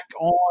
on